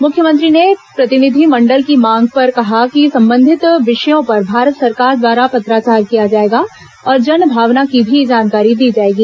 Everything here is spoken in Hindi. मुख्यमंत्री ने प्रतिनिधि मंडल की मांग पर कहा कि संबंधित विषयों पर भारत सरकार द्वारा पत्राचार किया जाएगा और जनभावना की भी जानकारी दी जाएगी